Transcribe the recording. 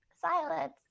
silence